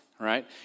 Right